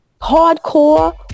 hardcore